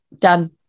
done